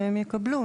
והם יקבלו.